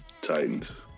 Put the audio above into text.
Titans